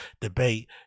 debate